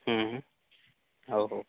ହୁଁ ହୁଁ ହଉ ହଉ